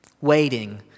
waiting